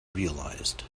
realized